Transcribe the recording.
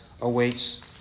awaits